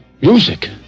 music